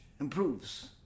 improves